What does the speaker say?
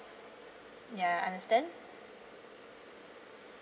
ya I understand